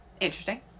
interesting